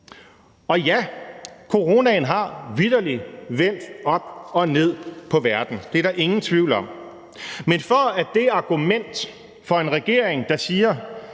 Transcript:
Og ja, coronaen har vitterlig vendt op og ned på verden – det er der ingen tvivl om. Men for at det argument fra en regering, der siger,